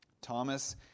Thomas